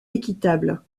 équitable